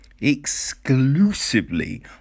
exclusively